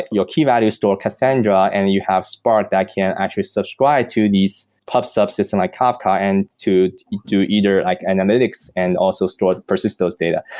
your key value store cassandra and you have spark that can actually subscribe to these pub so pub system like kafka and to do either like analytics and also persist those data.